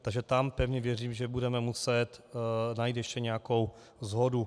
Takže tam pevně věřím, že budeme muset najít ještě nějakou shodu.